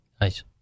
nice